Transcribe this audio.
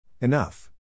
Enough